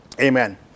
Amen